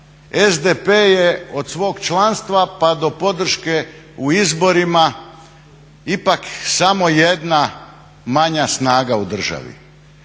SDP je od svog članstva pa do podrške u izborima ipak samo jedna manja snaga u državi